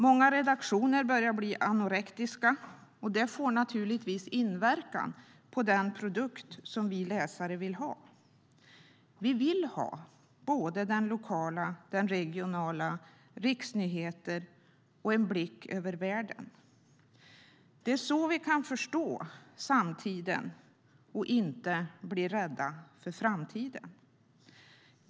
Många redaktioner börjar bli anorektiska, och det inverkar naturligtvis på den produkt vi läsare vill ha. Vi vill ha såväl lokala och regionala nyheter som riksnyheter och en blick över världen. Det är så vi kan förstå samtiden och inte vara rädda för framtiden.